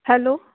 hello